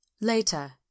Later